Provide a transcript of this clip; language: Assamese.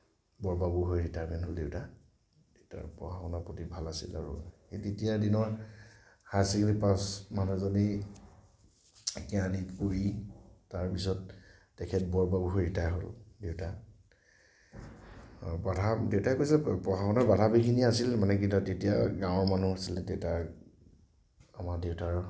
বৰ বাবু হৈ ৰিটায়াৰমেন্ট হ'ল দেতা পঢ়া শুনাৰ প্ৰতি ভাল আছিল আৰু তেতিয়াৰ দিনৰ হায়াৰ ছেকেণ্ডেৰী পাছ মানুহ যদি কেৰাণী কৰি তাৰপিছত তেখেত বৰ বাবু হৈ ৰিটায়াৰ হ'ল দেতা দেউতাই কয় যে পঢ়া শুনাত বাধা বিঘিনি আছিল মানে কি ন তেতিয়া গাঁওৰ মানুহ আছিল দেতা আমাৰ দেউতাৰ